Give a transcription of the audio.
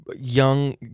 young